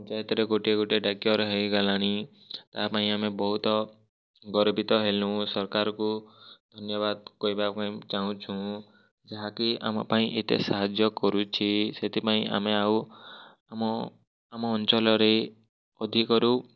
ପଞ୍ଚାୟତରେ ଗୋଟିଏ ଗୋଟିଏ ଡାକ୍ତର ହେଇଗଲାଣି ତା ପାଇଁ ଆମେ ବହୁତ ଗର୍ବିତ ହେଲୁ ସରକାର୍କୁ ଧନ୍ୟବାଦ କହିବା ପାଇଁ ଚାହୁଛୁଁ ଯାହାକି ଆମ ପାଇଁ ଏତେ ସାହାଯ୍ୟ କରୁଛି ସେଥିପାଇଁ ଆମେ ଆଉ ଆମ ଆମ ଅଞ୍ଚଳରେ ଅଧିକରୁ